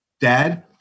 dad